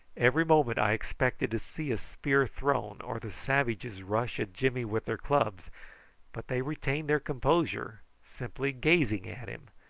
every moment i expected to see a spear thrown or the savages rush at jimmy with their clubs but they retained their composure, simply gazing at him,